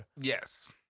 Yes